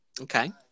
Okay